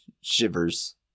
shivers